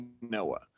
Noah